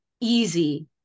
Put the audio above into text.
easy